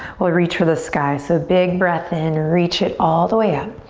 we'll reach for the sky. so big breath in. reach it all the way up.